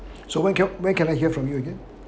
so when can when can I hear from you again